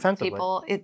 people